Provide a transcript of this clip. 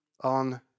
on